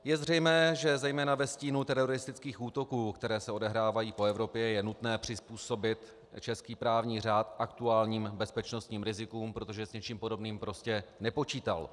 Je zřejmé, že zejména ve stínu teroristických útoků, které se odehrávají po Evropě, je nutné přizpůsobit český právní řád aktuálním bezpečnostním rizikům, protože s něčím podobným prostě nepočítal.